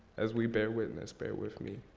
as we bear witness. bear with me.